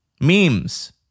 memes